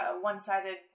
one-sided